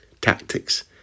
tactics